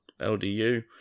LDU